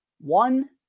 One